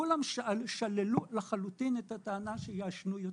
כולם שללו לחלוטין את הטענה שיעשנו יותר.